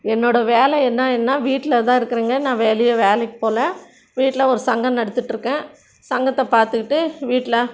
என்னோடய வேலை என்னன்னா வீட்டில தான் இருக்கிறேங்க நான் வெளியே வேலைக்கு போகல வீட்டில ஒரு சங்கம் நடத்திகிட்ருக்கேன் சங்கத்தை பார்த்துக்கிட்டு வீட்டில